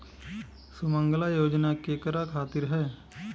सुमँगला योजना केकरा खातिर ह?